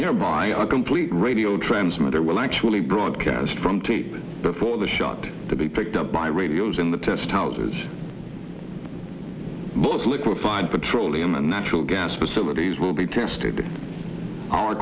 nearby a complete radio transmitter will actually broadcast from tape before the shot to be picked up by radios in the test houses both liquefied petroleum and natural gas facilities will be tested our